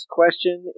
question